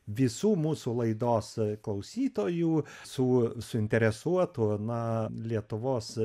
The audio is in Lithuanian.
visų mūsų laidos klausytojų su suinteresuotų na lietuvos